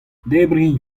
debriñ